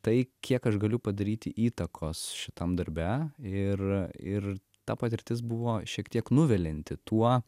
tai kiek aš galiu padaryti įtakos šitam darbe ir ir ta patirtis buvo šiek tiek nuvilianti tuo